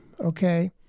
okay